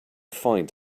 find